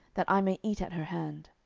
that i may eat at her hand.